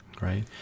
right